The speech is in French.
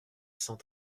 cent